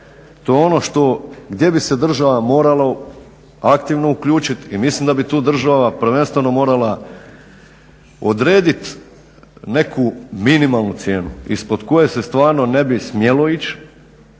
To je ono što gdje bi se država morala aktivno uključiti i mislim da bi tu država prvenstveno morala odrediti neku minimalnu cijenu ispod koje se stvarno ne bi smjelo ići,